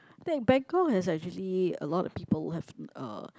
Bangkok has actually a lot of people who have uh